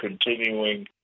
continuing